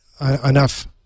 enough